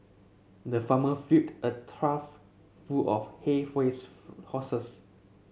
the farmer filled a trough full of hay for his horses